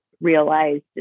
realized